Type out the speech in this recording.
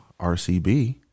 RCB